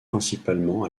principalement